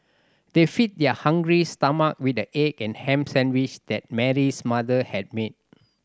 they fed their hungry stomach with the egg and ham sandwich that Mary's mother had made